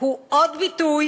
הוא עוד ביטוי